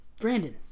Brandon